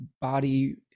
body